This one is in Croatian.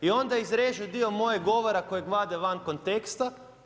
I onda izrežu dio mojeg govora kojeg vade van konteksta.